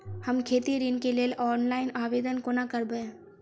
हम खेती ऋण केँ लेल ऑनलाइन आवेदन कोना करबै?